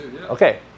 Okay